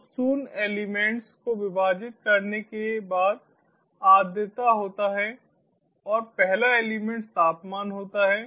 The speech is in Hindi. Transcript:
तो शून्य एलिमेंट्स को विभाजित करने के बाद आर्द्रता होता है और पहला एलिमेंट्स तापमान होता है